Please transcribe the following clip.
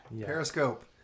Periscope